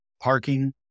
Parking